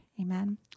Amen